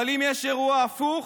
אבל אם יש אירוע הפוך,